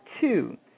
two